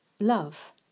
love